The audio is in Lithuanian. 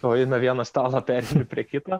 o jei nuo vieno stalo pereini prie kito